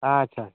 ᱟᱪᱪᱷᱟ